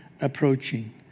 approaching